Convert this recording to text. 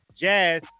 jazz